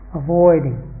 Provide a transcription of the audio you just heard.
avoiding